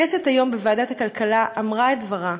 היום בוועדת הכלכלה הכנסת אמרה את דברה,